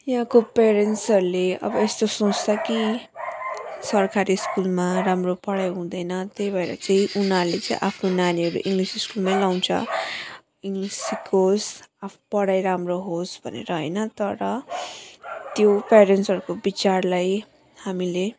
यहाँको प्यारेन्ट्सहरूले अब यस्तो सोच्छ कि सरखारी स्कुलमा राम्रो पढाई हुँदैन त्यही भएर चाहिँ उनीहरूले चाहिँ आफ्नो नानीहरू इङ्लिस स्कुलमै लाउँछ इङ्लिस सिकोस् पढाई राम्रो होस् भनेर हैन तर त्यो प्यारेन्ट्सहरूको विचारलाई हामीले